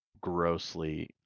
grossly